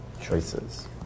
Choices